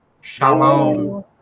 Shalom